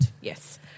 yes